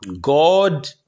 God